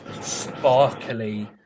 sparkly